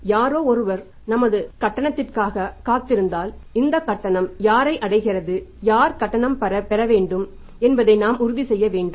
யாரோ ஒருவர் நமது கட்டணத்திற்காக காத்திருந்தால் இந்த கட்டணம் யாரை அடைகிறது யார் கட்டணம் பெற வேண்டும் என்பதை நாம் உறுதி செய்ய வேண்டும்